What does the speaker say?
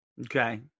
Okay